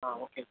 ஆ okay